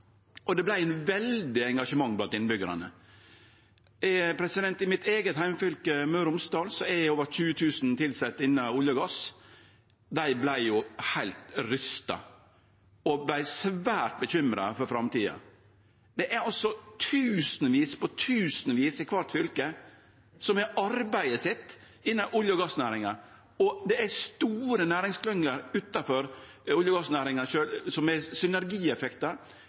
og det vart eit veldig engasjement blant innbyggjarane. I mitt eige heimfylke, Møre og Romsdal, er det over 20 000 tilsette innan olje og gass. Dei vart heilt oppskaka og svært bekymra for framtida. Det er tusenvis på tusenvis i kvart fylke som har arbeidet sitt innan olje- og gassnæringa, og det er store næringsklynger utanfor sjølve olje- og gassnæringa som er synergieffektar